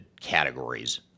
categories